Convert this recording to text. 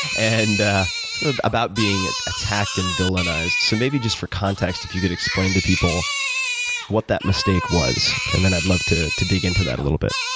and about being attacked and villainized. so maybe just for context, if you could explain to people what that mistake was. and then i'd love to to dig into that a little bit.